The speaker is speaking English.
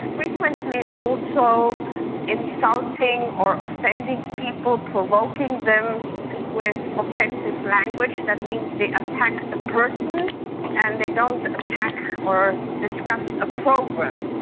frequently also insulting or offending people, provoking them with offensive language, that means they attack the ah person and they don't attack or discuss a program.